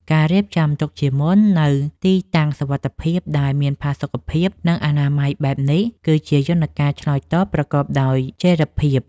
ការរៀបចំទុកជាមុននូវទីតាំងសុវត្ថិភាពដែលមានផាសុកភាព និងអនាម័យបែបនេះ គឺជាយន្តការឆ្លើយតបប្រកបដោយចីរភាព។